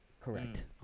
correct